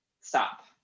stop